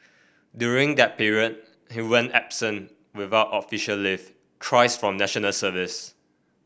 during that period he went absent without official leave thrice from National Service